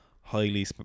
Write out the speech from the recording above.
highly